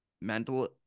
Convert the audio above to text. mental